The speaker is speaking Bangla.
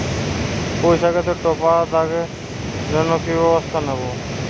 পুই শাকেতে টপা দাগের জন্য কি ব্যবস্থা নেব?